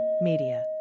Media